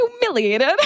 humiliated